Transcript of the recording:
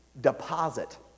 deposit